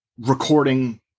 recording